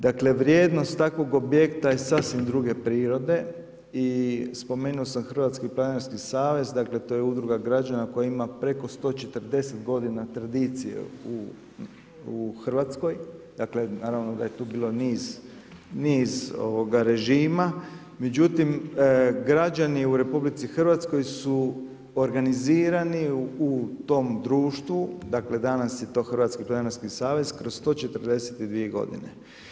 Dakle vrijednost takvog objekta je sasvim druge prirode i spomenuo sam Hrvatski planinarski savez dakle to je udruga građana koji ima preko 140 godina tradicije u Hrvatskoj, naravno da je tu bilo niz režima, međutim građani u RH su organizirani u tom društvu, dakle danas je to Hrvatski planinarski savez kroz 142 godine.